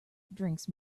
drinks